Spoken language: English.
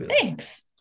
thanks